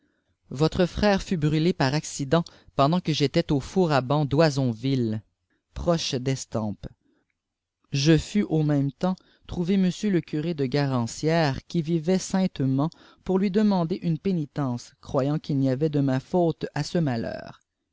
votre frère fut brûlé par accident pendant que j'étais au four à banndoisonviue proche d'etampes je fus au même temps trouver m le curé de garancières qui vivait saintement pour lui demander une pénitence croyant qu'il y avait de ma faute à ce malheur